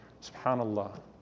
Subhanallah